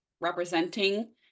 representing